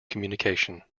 communication